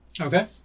Okay